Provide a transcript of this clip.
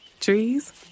Trees